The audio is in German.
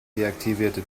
deaktivierte